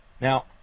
Now